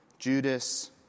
Judas